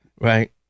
Right